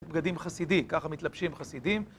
בגדים חסידיים, ככה מתלבשים חסידים.